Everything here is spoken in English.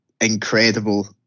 incredible